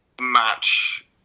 match